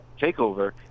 Takeover